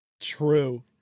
True